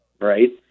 right